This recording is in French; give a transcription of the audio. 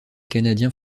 canadiens